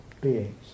beings